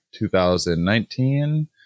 2019